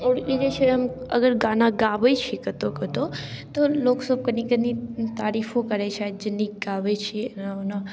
आओर ई जै छै हम अगर गाना गाबैत छी कतहुँ कतहुँ तऽ लोक सब कनी कनी तारीफो करैत छथि जे निक गाबैत छी एना ओना